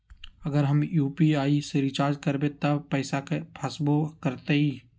अगर हम यू.पी.आई से रिचार्ज करबै त पैसा फसबो करतई?